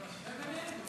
אתה משווה ביניהם?